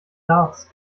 darts